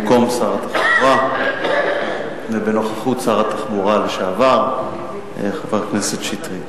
במקום שר התחבורה ובנוכחות שר התחבורה לשעבר חבר הכנסת שטרית.